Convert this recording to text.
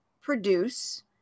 produce